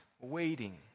waiting